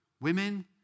Women